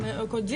מקבלות החלטות,